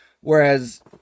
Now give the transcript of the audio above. Whereas